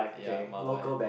ya my life